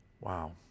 Wow